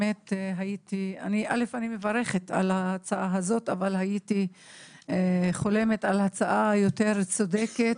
אני מברכת על ההצעה הזאת אבל הייתי חולמת על הצעה יותר צודקת